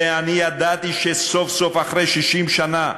ואני ידעתי שסוף-סוף אחרי 60 שנה,